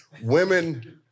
women